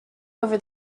over